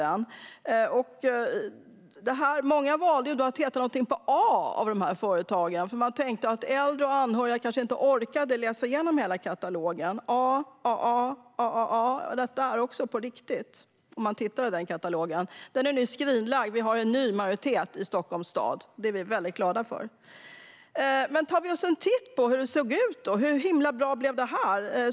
Många av företagen valde att heta någonting på A, för man tänkte att äldre och anhöriga kanske inte orkade läsa igenom hela katalogen. Man hette något på A, Aa eller Aaa. Det är på riktigt; det kan den som tittar i katalogen se. Katalogen är nu skrinlagd, för vi har en ny majoritet i Stockholms stad. Det är vi väldigt glada för. Vi kan ta oss en titt på hur himla bra det här blev.